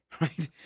right